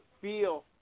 feel